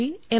P M